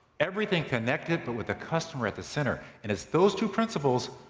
everything connected, but with the customer at the center. and it's those two principles,